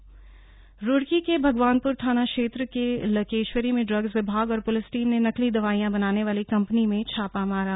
छापा रूडकी रूड़की के भगवानप्र थाना क्षेत्र के लकेश्वरी में ड्डग्स विभाग और पृलिस टीम ने नकली दवाई बनाने वाली कंपनी में छापा मारा